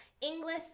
English